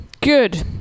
Good